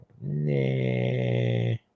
Nah